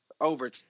over